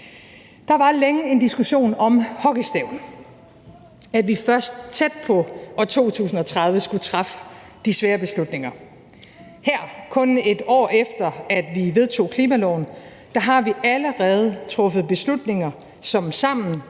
Der var længe en diskussion om hockeystaven, altså at vi først tæt på 2030 skulle træffe de svære beslutninger. Her kun et år efter at vi vedtog klimaloven, har vi allerede truffet beslutninger, som sammen